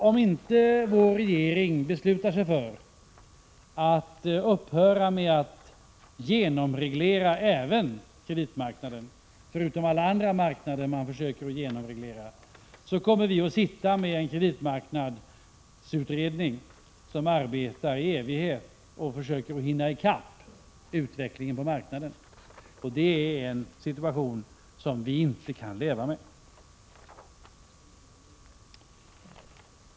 Om inte vår regering beslutar sig för att upphöra med att genomreglera även kreditmarknaden, förutom alla andra marknader den försöker genomreglera, kommer vi att sitta med en kreditmarknadsutredning, som arbetar i evighet och försöker hinna i kapp utvecklingen på marknaden. Det är en situation som vi inte kan leva med.